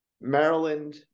Maryland